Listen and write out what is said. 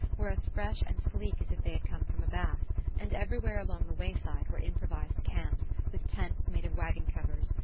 were as fresh and sleek as if they had come from a bath and everywhere along the wayside were improvised camps, with tents made of waggon-covers,